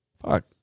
Fuck